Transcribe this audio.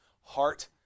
Heart